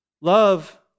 Love